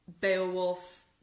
Beowulf